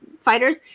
fighters